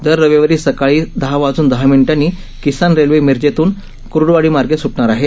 दर रविवार सकाळी दहा वाजून दहा मिनिटांनी किसान रेल्वे मिरजेतून कुईवाडीमार्गे सूटणार आहे